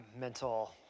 mental